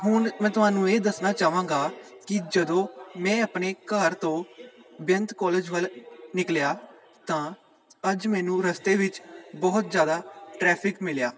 ਹੁਣ ਮੈਂ ਤੁਹਾਨੂੰ ਇਹ ਦੱਸਣਾ ਚਾਹਾਂਗਾ ਕਿ ਜਦੋਂ ਮੈਂ ਆਪਣੇ ਘਰ ਤੋਂ ਬੇਅੰਤ ਕੋਲੇਜ ਵੱਲ ਨਿਕਲਿਆ ਤਾਂ ਅੱਜ ਮੈਨੂੰ ਰਸਤੇ ਵਿੱਚ ਬਹੁਤ ਜ਼ਿਆਦਾ ਟਰੈਫਿਕ ਮਿਲਿਆ